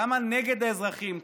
למה נגד האזרחים?